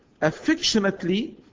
affectionately